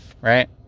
right